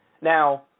now